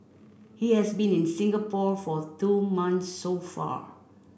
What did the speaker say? he has been in Singapore for two months so far